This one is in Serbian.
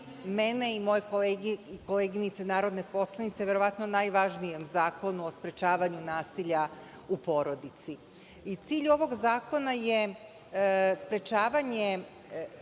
za mene i moje koleginice narodne poslanice, verovatno o najvažnijem Zakonu o sprečavanju nasilja u porodici. Cilj ovog zakona je sprečavanje